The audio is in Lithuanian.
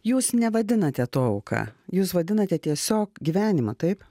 jūs nevadinate to auka jūs vadinate tiesiog gyvenimą taip